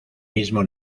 mismo